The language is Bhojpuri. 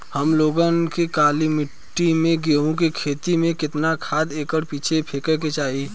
हम लोग के काली मिट्टी में गेहूँ के खेती में कितना खाद एकड़ पीछे फेके के चाही?